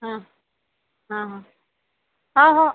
हां हां हां हो हो